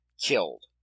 killed